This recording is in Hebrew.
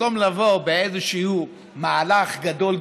במקום לבוא באיזשהו מהלך גדול,